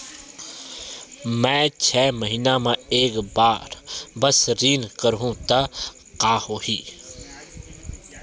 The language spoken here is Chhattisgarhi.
मैं छै महीना म एक बार बस ऋण करहु त का होही?